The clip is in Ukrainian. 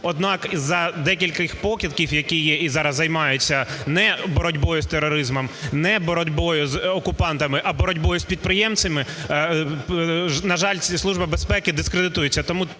Однак, із-за декількох покидьків, які є і зараз займаються не боротьбою з тероризмом, не боротьбою з окупантами, а боротьбою з підприємцями, на жаль, Служба безпеки дискредитується.